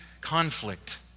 conflict